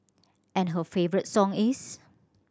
and her favourite song is